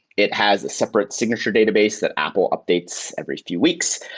it has a separate signature database that apple updates every few weeks.